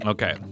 Okay